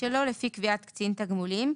שלא לפי קביעת קצין תגמולים.